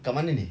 kat mana ni